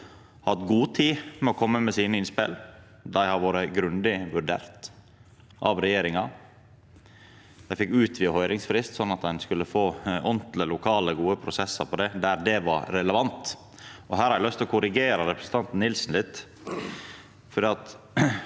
har hatt god tid til å koma med sine innspel. Dei har vore grundig vurderte av regjeringa. Dei fekk utvida høyringsfrist, slik at ein skulle få ordentlege og gode lokale prosessar der det var relevant. Her har eg lyst til å korrigera representanten Nilsen litt,